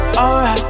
alright